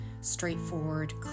straightforward